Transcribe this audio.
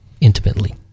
intimately